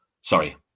Sorry